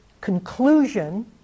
conclusion